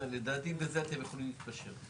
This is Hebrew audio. לדעתי, בזה אתם יכולים להתפשר.